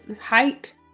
height